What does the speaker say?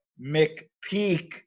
McPeak